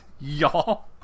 Y'all